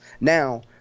Now